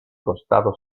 costado